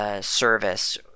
service